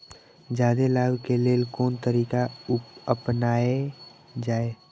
जादे लाभ के लेल कोन तरीका अपनायल जाय?